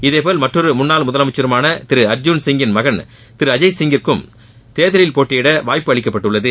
இதேபோல் மற்றொரு முன்னாள் முதலமைச்சருமான திரு அர்ஜுன் சிங்கின் மகன் அஜய் சிங் க்கும் தேர்தலில் போட்டியிட வாய்ப்பு அளிக்கப்பட்டுள்ளது